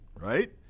Right